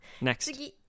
Next